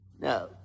No